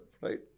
right